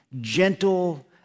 gentle